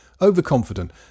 overconfident